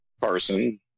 Parson